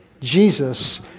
Jesus